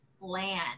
land